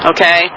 Okay